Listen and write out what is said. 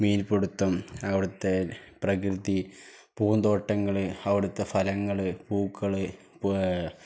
മീൻപിടുത്തം അവിടുത്തെ പ്രകൃതി പൂന്തോട്ടങ്ങള് അവിടുത്തെ ഫലങ്ങള് പൂക്കള്